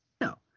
No